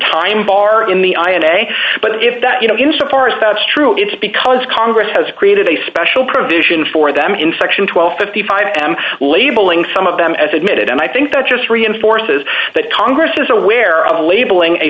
time bar in the i had a but if that you know insofar as that's true it's because congress has created a special provision for them in section twelve fifty five am labeling some of them as admitted and i think that just reinforces that congress is a